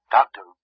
Doctor